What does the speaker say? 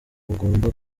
igomba